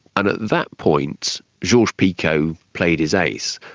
and at that point georges-picot played his ace.